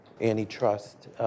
antitrust